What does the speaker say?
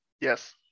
Yes